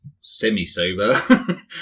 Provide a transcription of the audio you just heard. semi-sober